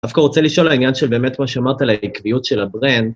דווקא רוצה לשאול על העניין של באמת מה שאמרת על העקביות של הברנד